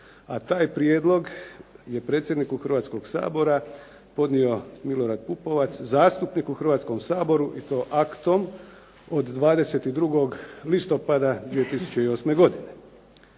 A taj prijedlog je predsjedniku Hrvatskoga sabora podnio Milorad Pupovac, zastupnik u Hrvatskom saboru i to aktom od 22 listopada 2008. godine.